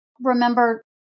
remember